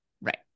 Right